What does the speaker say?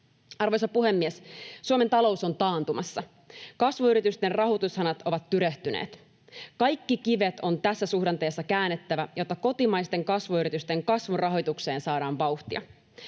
Arvoisa puhemies! Suomen talous on taantumassa. Kasvuyritysten rahoitushanat ovat tyrehtyneet. Kaikki kivet on tässä suhdanteessa käännettävä, jotta kotimaisten kasvuyritysten kasvun rahoitukseen saadaan vauhtia.